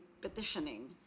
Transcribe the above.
petitioning